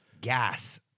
Gas